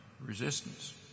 resistance